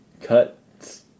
cuts